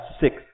six